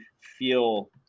feel